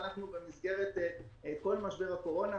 במסגרת כל משבר הקורונה,